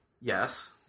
Yes